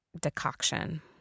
decoction